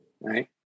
right